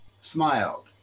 smiled